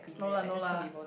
no lah no lah